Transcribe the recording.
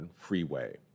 freeway